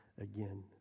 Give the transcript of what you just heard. again